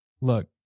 look